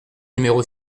numéro